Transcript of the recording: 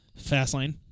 Fastlane